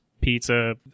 Pizza